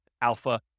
alpha